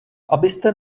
abyste